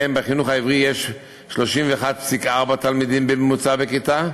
שבהן בחינוך העברי יש 31.4 תלמידים בממוצע בכיתה,